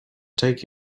take